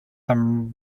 some